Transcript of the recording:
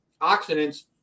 oxidants